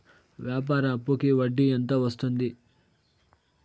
వ్యాపార అప్పుకి వడ్డీ ఎంత వస్తుంది?